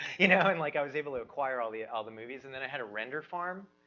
you know and like, i was able to acquire all the, ah all the movies, and then i had a render farm,